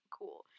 cool